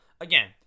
again